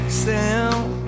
sound